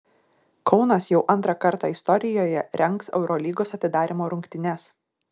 kaunas jau antrą kartą istorijoje rengs eurolygos atidarymo rungtynes